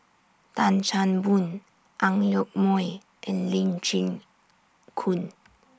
Tan Chan Boon Ang Yoke Mooi and Lee Chin Koon